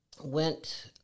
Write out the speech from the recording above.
went